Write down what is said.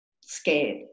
scared